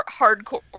hardcore